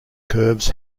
curves